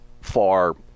far